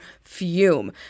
Fume